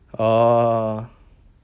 oh